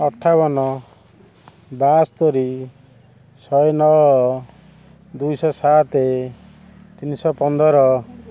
ଅଠାବନ ବାସ୍ତରୀ ଶହେନଅ ଦୁଇଶହ ସାତ ତିନିଶହ ପନ୍ଦର